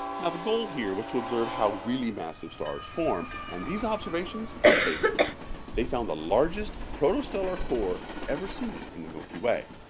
and the goal here was to observe how really massive stars form and these observations hit pay dirt they found the largest protostellar core ever seen in the milky way.